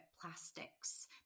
plastics